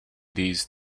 these